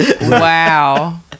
Wow